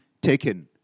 taken